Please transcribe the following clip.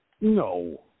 No